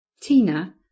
Tina